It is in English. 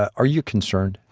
are you concerned?